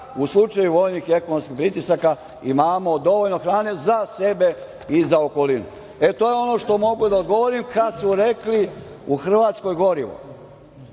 u slučaju vojnih i ekonomskih pritisaka imamo dovoljno hrane za sebe i za okolinu. To je ono što mogu da govorimKada su rekli u Hrvatskoj gorivo,